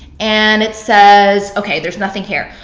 and it says, okay, there's nothing here.